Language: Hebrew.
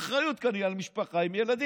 האחריות כאן היא על משפחה עם ילדים,